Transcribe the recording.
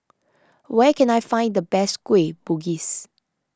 where can I find the best Kueh Bugis